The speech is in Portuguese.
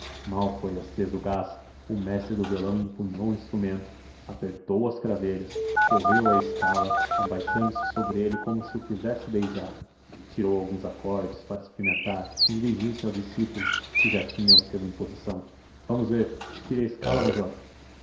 mal foi aceso o gás o mestre de violão empunhou o instrumento apertou as cravelhas correu a escala abaixando-se sobre ele como se o quisesse beijar tirou alguns acordes para experimentar e dirigiu-se ao discípulo que já tinha o seu em posição vamos ver tire a escala major